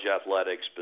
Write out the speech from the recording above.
athletics